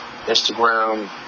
Instagram